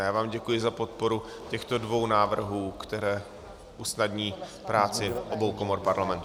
Já vám děkuji za podporu těchto dvou návrhů, které usnadní práci obou komor Parlamentu.